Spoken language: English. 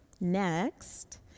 Next